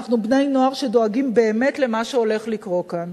אנחנו בני-נוער שדואגים באמת למה שהולך לקרות כאן.